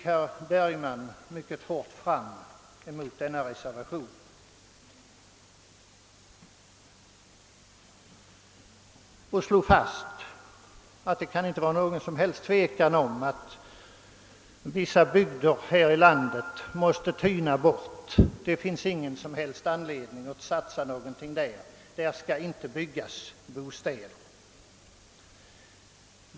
Han slog fast att det inte kan råda något som helst tvivel om att vissa bygder här i landet måste tyna bort; det fanns ingen anledning att satsa någonting på Ssådana bygder och där skulle man inte bygga bostäder.